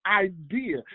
idea